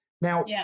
Now